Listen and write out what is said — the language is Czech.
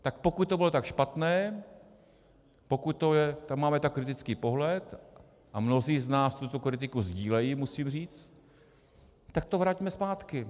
Tak pokud to bylo tak špatné, pokud tam máme tak kritický pohled, a mnozí z nás tuto kritiku sdílejí, musím říct, tak to vraťme zpátky.